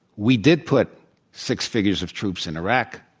we did put six figures of troops in iraq.